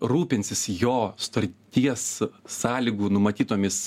rūpinsis jo sutarties sąlygų numatytomis